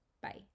Bye